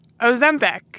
Ozempic